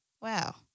wow